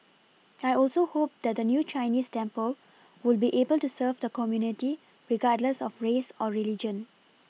I also hope that the new Chinese temple will be able to serve the community regardless of race or religion